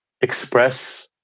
express